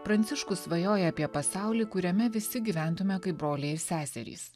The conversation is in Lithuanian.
pranciškus svajoja apie pasaulį kuriame visi gyventume kaip broliai ir seserys